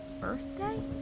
birthday